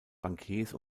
bankiers